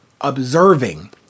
observing